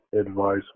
advice